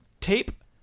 tape